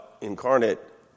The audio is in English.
incarnate